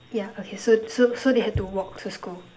yeah okay so so so they had to walk to school